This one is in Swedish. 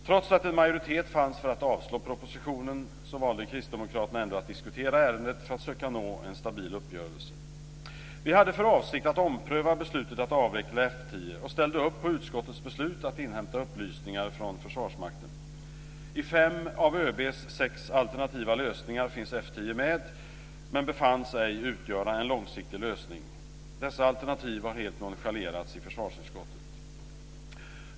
Trots att en majoritet fanns för att avslå propositionen valde kristdemokraterna ändå att diskutera ärendet för att söka nå en stabil uppgörelse. Vi hade för avsikt att ompröva beslutet att avveckla F 10 och ställde upp på utskottets beslut att inhämta upplysningar från Försvarsmakten. I fem av ÖB:s sex alternativa lösningar fanns F 10 med men befanns ej utgöra en långsiktig lösning. Dessa alternativ har helt nonchalerats i försvarsutskottet.